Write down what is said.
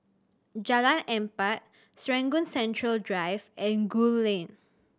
Jalan Empat Serangoon Central Drive and Gul Lane